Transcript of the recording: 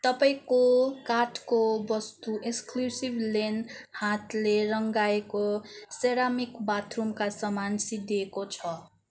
तपाईँको कार्टको वस्तु एक्सक्लुजिभ लेन हातले रङ्गाइएको सेरामिक बाथरुमका समान सिद्धिएको छ